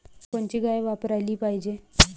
कोनची गाय वापराली पाहिजे?